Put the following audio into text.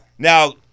Now